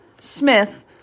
Smith